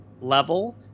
level